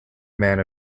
man